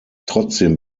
trotzdem